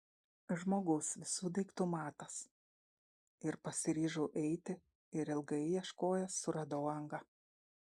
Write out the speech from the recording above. žmogus visų daiktų matas ir pasiryžau eiti ir ilgai ieškojęs suradau angą